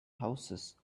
houses